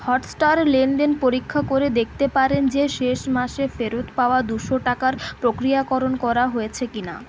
Hotstar লেনদেন পরীক্ষা করে দেখতে পারেন যে শেষ মাস এ ফেরত পাওয়া দুশো টাকার প্রক্রিয়াকরণ করা হয়েছে কিনা